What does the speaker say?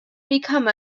become